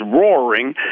roaring